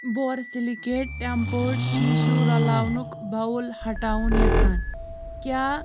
borosilicate tempered شیٖشوٗ رَلاونُک باوُل ہٹاوُن یژھان کیٛاہ